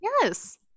Yes